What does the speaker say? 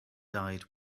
died